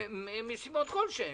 מסיבות כלשהן,